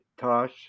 Tosh